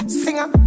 singer